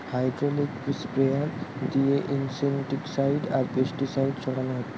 hydraulic sprayer দিয়ে insecticide আর pesticide ছোড়ানা হচ্ছে